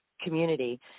community